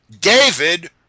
David